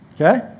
okay